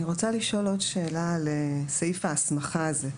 אני רוצה לשאול עוד שאלה על סעיף ההסמכה הזה.